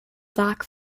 black